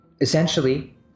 essentially